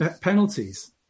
penalties